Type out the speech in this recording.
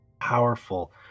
powerful